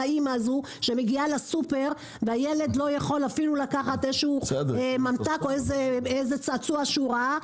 אם שמגיעה לסופר והילד לא יכול לקחת ממתק או צעצוע שהוא ראה.